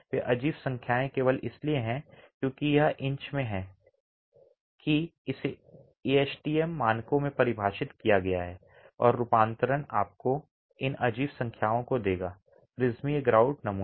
वे अजीब संख्याएं केवल इसलिए हैं क्योंकि यह इंच में है कि इसे एएसटीएम मानकों में परिभाषित किया गया है और रूपांतरण आपको इन अजीब संख्याओं को देगा प्रिज्मीय ग्राउट नमूने